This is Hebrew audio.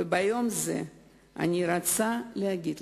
ביום הזה אני רוצה להגיד לכם: